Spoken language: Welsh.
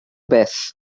beth